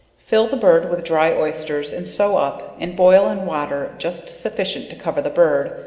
fill the bird with dry oysters, and sew up and boil in water just sufficient to cover the bird,